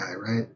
right